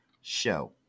show